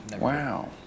Wow